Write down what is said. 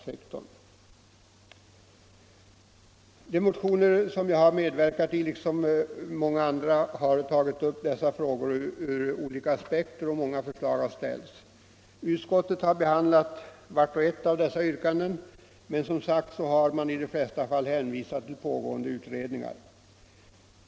I de motioner jag medverkat i liksom i många andra har dessa frågor Näringspolitiken Mindre och medelstora företag Näringspolitiken Mindre och medelstora företag tagits upp ur olika aspekter, och många förslag har ställts. Utskottet har behandlat vart och ett av dessa yrkanden, men som sagt har man i de flesta fall hänvisat till pågående utredningar.